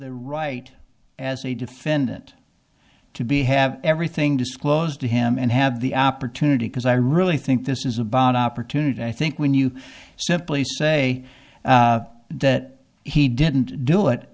the right as a defendant to be have everything disclosed to him and have the opportunity because i really think this is about opportunity i think when you simply say that he didn't do it